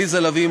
עליזה לביא,